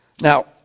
Now